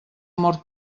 amor